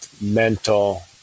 mental